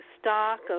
stock